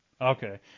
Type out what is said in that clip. Okay